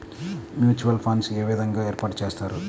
Mutual funds ఏ విధంగా ఏర్పాటు చేస్తారు?